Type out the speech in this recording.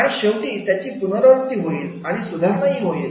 आणि शेवटी त्याची पुनरावृत्ती होईल आणि सुधारणा होईल